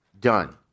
done